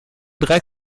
drei